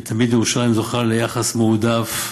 ותמיד ירושלים זוכה ליחס מועדף,